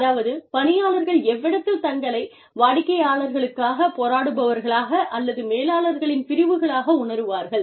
அதாவது பணியாளர்கள் எவ்விடத்தில் தங்களை வாடிக்கையாளர்களுக்காக போராடுபவர்களாக அல்லது மேலாளர்களின் பிரிவுகளாக உணருவார்கள்